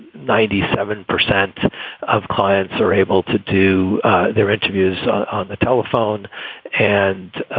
ninety seven percent of clients are able to do their interviews on the telephone and,